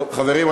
טוב, אנחנו